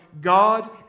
God